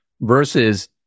Versus